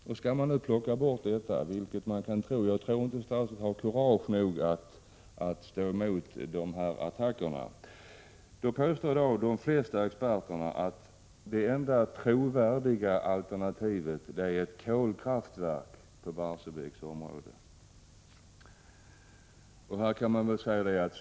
Om man skulle plocka bort detta verk — jag tror inte att statsrådet har kurage nog att stå emot attackerna —, är enligt de flesta experterna kolkraftverk ett trovärdigt alternativ.